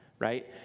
right